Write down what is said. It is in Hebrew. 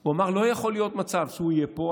הוא אמר: לא יכול להיות מצב שהוא יהיה פה,